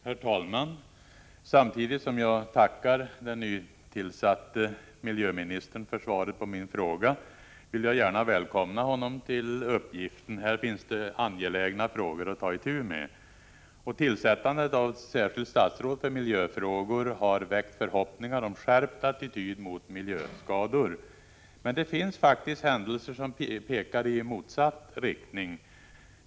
Herr talman! Samtidigt som jag tackar den nytillsatte miljöministern för svaret på min fråga vill jag gärna välkomna honom till uppgiften. Här finns angelägna frågor att ta itu med. Tillsättandet av ett särskilt statsråd för miljöfrågor har väckt förhoppningar om skärpt attityd mot miljöskador. Det finns faktiskt händelser som pekar i motsatt riktning.